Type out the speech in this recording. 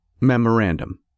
memorandum